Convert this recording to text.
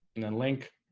and then link,